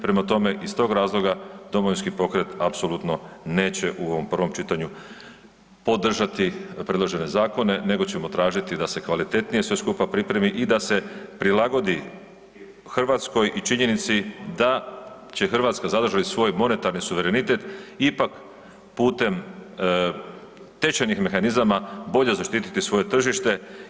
Prema tome, iz tog razloga Domovinski pokret apsolutno neće u ovom prvom čitanju podržati predložene zakone nego ćemo tražiti da se kvalitetnije sve skupa pripremi i da se prilagodi Hrvatskoj i činjenici da će Hrvatska zadrži li svoj monetarni suverenitet ipak putem tečajnih mehanizama bolje zaštititi svoje tržište.